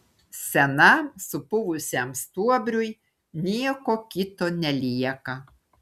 senam supuvusiam stuobriui nieko kito nelieka